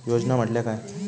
योजना म्हटल्या काय?